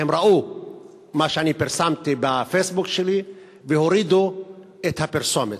שהם ראו מה שאני פרסמתי בפייסבוק שלי והורידו את הפרסומת.